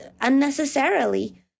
unnecessarily